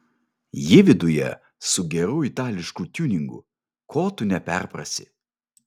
ji viduje su geru itališku tiuningu ko tu neperprasi